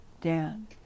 Dan